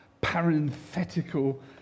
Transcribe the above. parenthetical